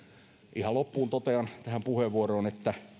ihan loppuun totean tähän puheenvuoroon että